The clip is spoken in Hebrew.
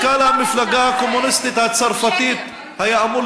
מזכ"ל המפלגה הקומוניסטית הצרפתית היה אמור